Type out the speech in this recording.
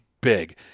big